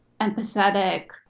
empathetic